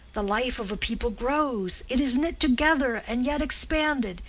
the life of a people grows, it is knit together and yet expanded,